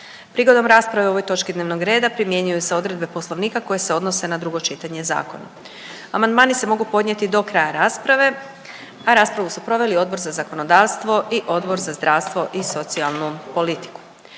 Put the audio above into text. Prigodom rasprave o ovoj točki dnevnog reda primjenjuju se odredbe Poslovnika koje se odnose na drugo čitanje zakona. Amandmani se mogu podnijeti do kraja rasprave. Raspravu su proveli Odbor za zakonodavstvo, Odbor za zdravstvo i socijalnu politiku